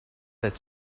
that